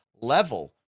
level